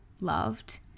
loved